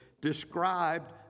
described